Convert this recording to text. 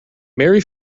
mary